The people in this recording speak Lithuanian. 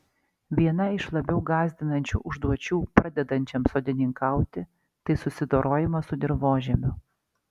viena iš labiau gąsdinančių užduočių pradedančiam sodininkauti tai susidorojimas su dirvožemiu